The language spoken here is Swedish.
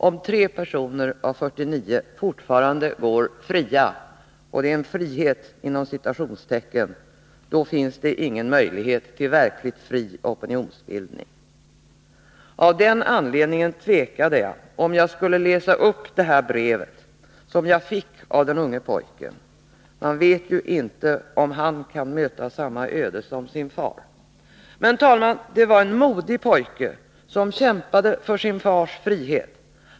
Om tre personer av 49 fortfarande går fria — och det är en frihet inom citationstecken — finns det ingen möjlighet till verkligt fri opinionsbildning. Av den anledningen tvekade jag om jag skulle läsa upp det här brevet, som jag fick av den unge pojken. Man vet ju inte om han kan möta samma öde som sin far. Men, herr talman, det var en modig pojke, som kämpade för sin fars frihet.